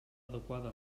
adequada